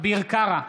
אביר קארה,